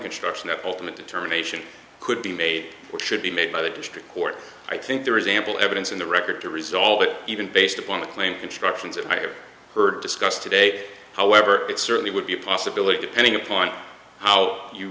construction that ultimate determination could be made or should be made by the district court i think there is ample evidence in the record to result that even based upon the claim constructions that i ever heard discussed today however it certainly would be a possibility depending upon how you